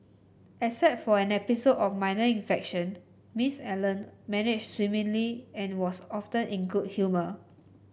except for an episode of minor infection Miss Allen managed swimmingly and was often in good humour